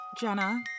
Jenna